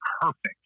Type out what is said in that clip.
perfect